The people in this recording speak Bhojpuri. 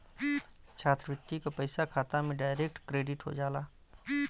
छात्रवृत्ति क पइसा खाता में डायरेक्ट क्रेडिट हो जाला